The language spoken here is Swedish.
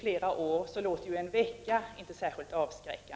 Svar på frågor